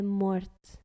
morte